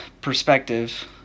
perspective